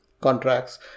contracts